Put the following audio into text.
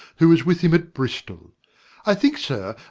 who was with him at bristol i think, sir,